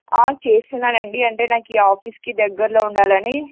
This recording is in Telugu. చేస్తున్నానండి అంటే నాకీ ఆఫీస్కి దగ్గర్లో ఉండాలని